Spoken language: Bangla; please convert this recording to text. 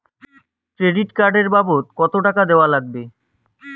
ক্রেডিট কার্ড এর বাবদ কতো টাকা দেওয়া লাগবে?